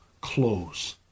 close